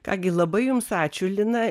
ką gi labai jums ačiū lina